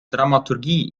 dramaturgie